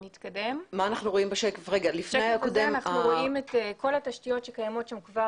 כאן אנחנו רואים את כל התשתיות שקיימות שם כבר